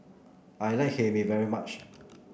I like Hae Mee very much